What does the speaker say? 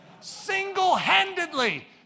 Single-handedly